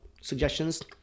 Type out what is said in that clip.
suggestions